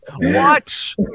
watch